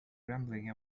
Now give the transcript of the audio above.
rambling